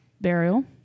burial